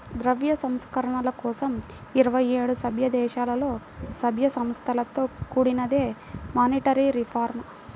ద్రవ్య సంస్కరణల కోసం ఇరవై ఏడు సభ్యదేశాలలో, సభ్య సంస్థలతో కూడినదే మానిటరీ రిఫార్మ్